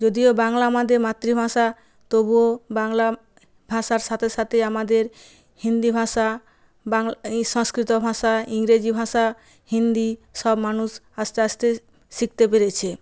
যদিও বাংলা আমাদের মাতৃভাষা তবুও বাংলা ভাষার সাথে সাথে আমাদের হিন্দি ভাষা বাংলা সংস্কৃত ভাষা ইংরেজি ভাষা হিন্দি সব মানুষ আস্তে আস্তে শিখতে পেরেছে